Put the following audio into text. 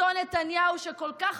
אותו נתניהו שכל כך